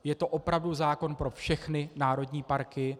Je to opravdu zákon pro všechny národní parky.